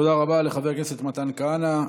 תודה רבה לחבר הכנסת מתן כהנא.